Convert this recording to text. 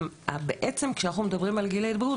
בעצם כשאנחנו מדברים על גיל ההתבגרות,